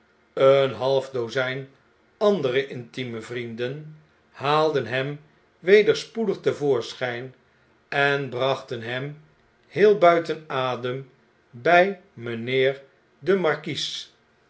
een half dozijn andere intieme vrienden haalden hem weder spoedig te voorschjjn en brachten hem heel bmten adem bij mjjnheer den markies